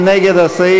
מי נגד הסעיף?